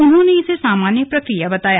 उन्होंने इसे सामान्य प्रक्रिया बताया